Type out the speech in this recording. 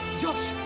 just